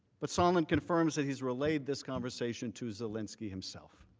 but sondland confirms that he has relayed this conversation to zelensky himself.